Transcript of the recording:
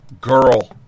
girl